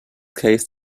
case